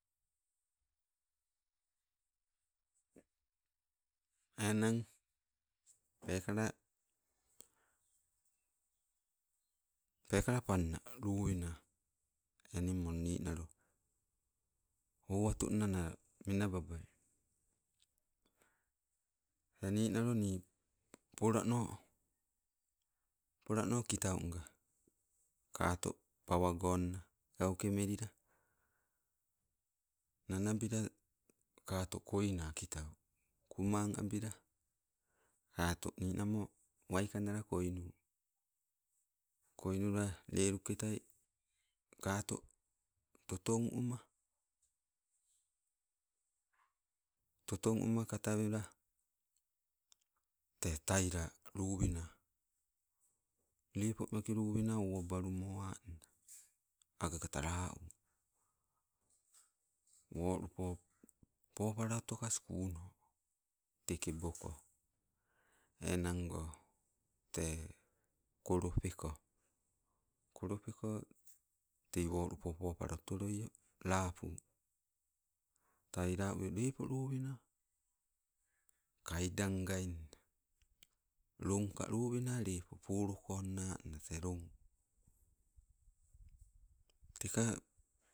Enang peekala, peekala panna lowena enimol ninalo awatunna menababai, tee ninalo nii polano, polano kitaunga, kato pawagonna gauke melila nanabila kato kaina kitau kumang abila kato ninamo waikannala koinu, koinula leluketai kato totong uma, totong uma katawela te taila lowena lepo meke lowena owabalumo anna, agagata la u. Wolupo popala otokas konna, te keboko, enango tee kolopeko. Kolopeko tei wolupo popala otoloio lapu. Taila ule lepo lowenna, kaidangainna longka lowena lepo, polokonna anna te long teka